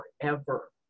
forever